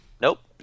Nope